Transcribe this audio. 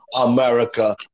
America